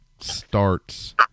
Starts